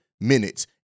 minutes